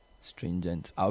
stringent